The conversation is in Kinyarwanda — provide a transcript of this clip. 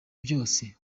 byose